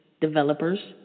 developers